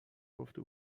گفته